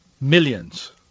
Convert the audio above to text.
millions